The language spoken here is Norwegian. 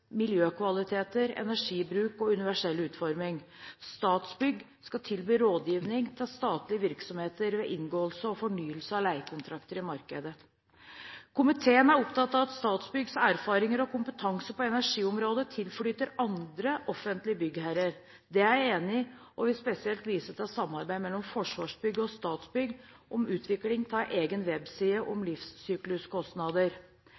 miljøkvaliteter, energibruk og universelle utforming. Statsbygg skal tilby rådgivning til statlige virksomheter ved inngåelse og fornyelse av leiekontrakter i markedet. Komiteen er opptatt av at Statsbyggs erfaringer og kompetanse på energiområdet tilflyter andre offentlige byggherrer. Det er jeg enig i og vil spesielt vise til samarbeidet mellom Forsvarsbygg og Statsbygg om utvikling av en egen webside